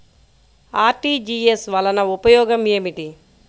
RTGS వలన ఉపయోగం ఏమిటీ?